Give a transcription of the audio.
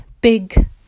Big